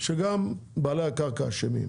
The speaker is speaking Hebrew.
שגם בעלי הקרקע אשמים,